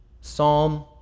Psalm